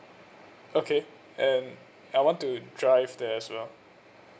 okay and I want to drive there as well